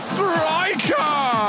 Striker